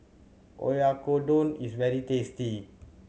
oyakodon is very tasty